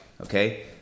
Okay